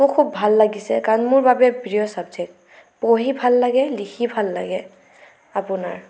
মোৰ খুব ভাল লাগিছে কাৰণ মোৰ বাবে প্ৰিয় চাবজেক্ট পঢ়ি ভাল লাগে লিখি ভাল লাগে আপোনাৰ